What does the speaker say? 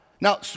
now